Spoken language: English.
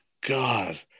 God